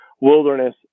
Wilderness